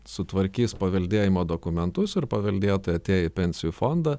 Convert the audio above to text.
sutvarkys paveldėjimo dokumentus ir paveldėtojai atėję į pensijų fondą